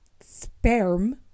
sperm